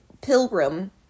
pilgrim